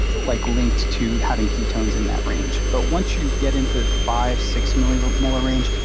like linked to having ketones in that range. but once you get into five, six millimolar range,